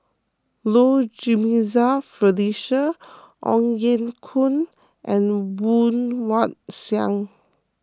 Low Jimenez Felicia Ong Ye Kung and Woon Wah Siang